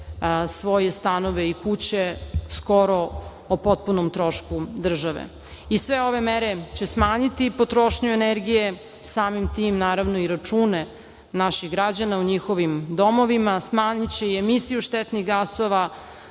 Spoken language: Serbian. svoje stanove i kuće skoro o potpunom trošku države. Sve ove mere će smanjiti potrošnju energije, samim tim, naravno, i račune naših građana u njihovim domovima. Smanjiće i emisiju štetnih gasova,